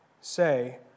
say